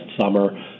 summer